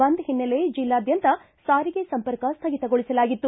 ಬಂದ್ ಹಿನ್ನೆಲೆ ಜಿಲ್ಲಾದ್ಯಂತ ಸಾರಿಗೆ ಸಂಪರ್ಕ ಸ್ವಗಿತಗೊಳಿಸಲಾಗಿತ್ತು